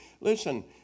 listen